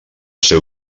seu